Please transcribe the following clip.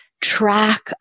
track